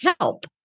help